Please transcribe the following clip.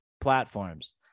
platforms